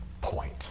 point